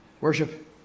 Worship